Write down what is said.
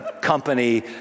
company